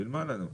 נלמד עליו.